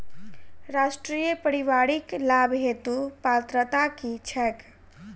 राष्ट्रीय परिवारिक लाभ हेतु पात्रता की छैक